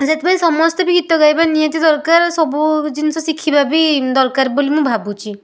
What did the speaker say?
ସେଥିପାଇଁ ସମସ୍ତେ ବି ଗୀତ ଗାଇବା ନିହାତି ଦରକାର ସବୁ ଜିନିଷ ଶିଖିବା ବି ଦରକାର ବୋଲି ମୁଁ ଭାବୁଛି